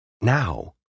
Now